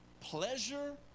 pleasure